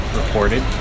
reported